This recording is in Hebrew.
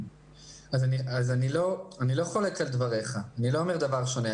אני לא חולק על דבריך, אני לא אומר דבר שונה.